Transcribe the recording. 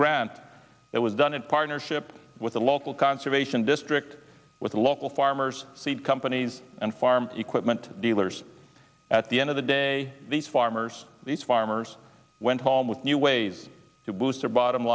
grant that was done in partnership with a local conservation district with local farmers seed companies and farm equipment dealers at the end of the day these farmers these farmers went home with new ways to boost their bottom